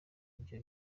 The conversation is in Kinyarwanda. ibyo